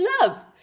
love